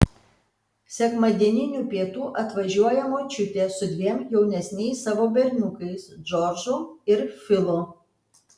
sekmadieninių pietų atvažiuoja močiutė su dviem jaunesniais savo berniukais džordžu ir filu